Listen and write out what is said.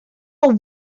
are